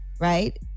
right